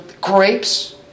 grapes